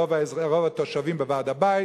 אז רוב התושבים בוועד הבית,